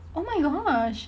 oh my gosh